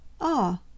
Ah